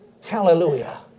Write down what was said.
Hallelujah